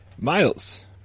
Miles